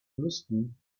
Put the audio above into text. müssten